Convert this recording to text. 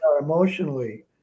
emotionally